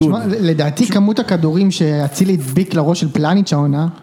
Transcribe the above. לדעתי כמות הכדורים שאצילי הצדיק לראש של פלאניץ' העונה